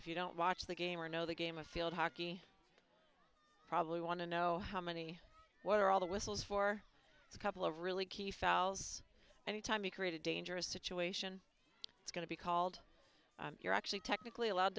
if you don't watch the game or know the game of field hockey probably want to know how many what are all the whistles for a couple of really key fouls any time you create a dangerous situation it's going to be called you're actually technically allowed